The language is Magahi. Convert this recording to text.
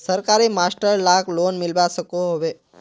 सरकारी मास्टर लाक लोन मिलवा सकोहो होबे?